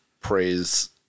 praise